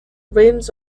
rains